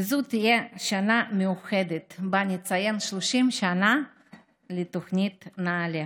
וזו תהיה שנה מיוחדת שבה נציין 30 שנה לתוכנית נעל"ה.